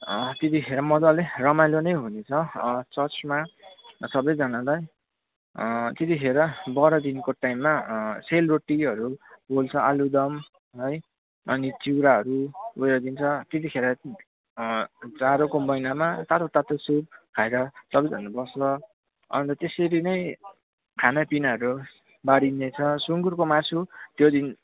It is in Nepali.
त्यतिखेर मज्जाले रमाइलो नै हुनेछ चर्चमा सबैजनालाई त्यतिखेर बढादिनको टाइममा सेलरोटीहरू पोल्छ आलुदम है अनि चिउराहरू उयो दिन्छ त्यतिखेर जाडोको महिनामा तातो तातो सुप खाएर सबजना बस्छ अन्त त्यसरी नै खानापिनाहरू बाँढिनेछ सुँगुरको मासु त्यो दिन